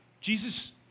Jesus